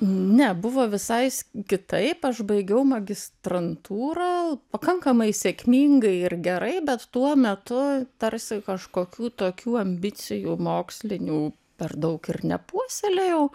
ne buvo visai kitaip aš baigiau magistrantūrą pakankamai sėkmingai ir gerai bet tuo metu tarsi kažkokių tokių ambicijų mokslinių per daug ir nepuoselėjau